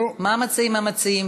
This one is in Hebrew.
מה מציעים המציעים,